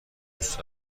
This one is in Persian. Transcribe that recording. دوست